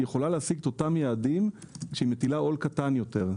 יכולה להשיג את אותם יעדים כשהיא מטילה עול קטן יותר,